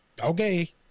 okay